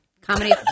comedy